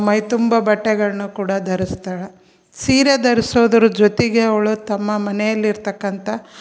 ಮೈ ತುಂಬ ಬಟ್ಟೆಗಳನ್ನೂ ಕೂಡ ಧರಿಸ್ತಾಳ ಸೀರೆ ಧರ್ಸೋದ್ರ ಜೊತೆಗೆ ಅವಳು ತಮ್ಮ ಮನೆಯಲ್ಲಿರತಕ್ಕಂಥ